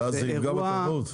ואז זה יפגע בתחרות?